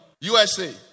USA